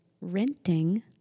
renting